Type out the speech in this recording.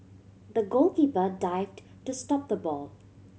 the goalkeeper dived to stop the ball